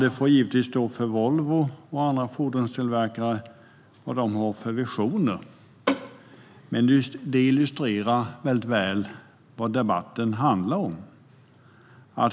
Det får givetvis stå för Volvo och andra fordonstillverkare vad de har för visioner, men det illustrerar väldigt väl vad debatten handlar om.